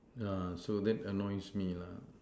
uh so that annoys me lah